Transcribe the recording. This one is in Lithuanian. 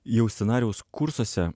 jau scenarijaus kursuose